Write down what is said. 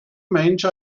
mensch